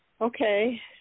Okay